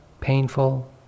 painful